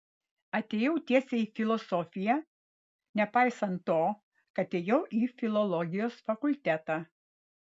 atėjau tiesiai į filosofiją nepaisant to kad ėjau į filologijos fakultetą